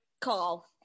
call